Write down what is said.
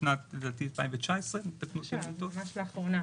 לדעתי בשנת 2019 -- ממש לאחרונה.